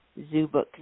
ZooBook